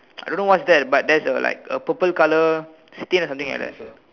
I don't know what's that but there's like a purple colour stain or something like that